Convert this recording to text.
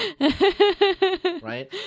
Right